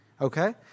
okay